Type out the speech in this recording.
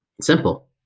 Simple